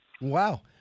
Wow